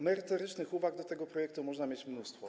Merytorycznych uwag do tego projektu można mieć mnóstwo.